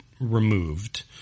removed